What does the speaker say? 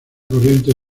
corriente